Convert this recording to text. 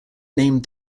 named